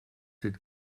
cette